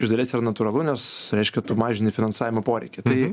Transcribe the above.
iš dalies yra natūralu nes reiškia tu mažini finansavimo poreikį tai